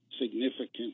significant